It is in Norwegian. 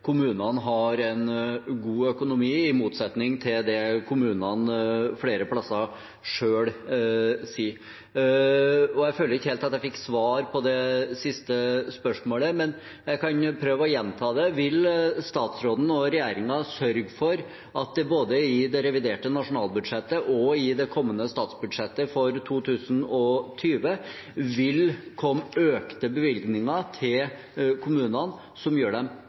kommunene har en god økonomi, i motsetning til det kommunene flere steder selv sier. Jeg føler ikke helt at jeg fikk svar på det siste spørsmålet, men jeg kan prøve å gjenta det: Vil statsråden og regjeringen sørge for at det både i det reviderte nasjonalbudsjettet og i det kommende statsbudsjettet for 2020 vil komme økte bevilgninger til kommunene som gjør dem